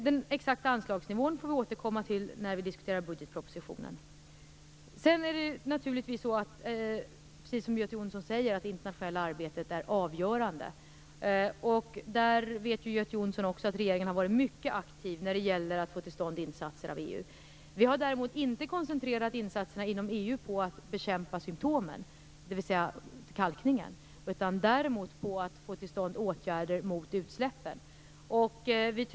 Den exakta anslagsnivån får vi återkomma till när vi diskuterar budgetpropositionen. Precis som Göte Jonsson säger är det internationella arbetet avgörande. Göte Jonsson vet också att regeringen har varit mycket aktiv när det gäller insatser från EU. Vi har däremot inte koncentrera insatserna inom EU på en bekämpning av symtomen, dvs. kalkningen, utan på att få till stånd åtgärder mot utsläppen.